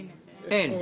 אין.